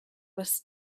was